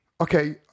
okay